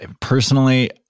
Personally